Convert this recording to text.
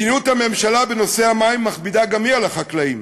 מדיניות הממשלה בנושא המים מכבידה גם היא על החקלאים.